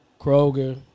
Kroger